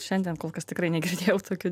šiandien kol kas tikrai negirdėjau tokių